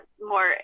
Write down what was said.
more